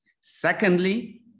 Secondly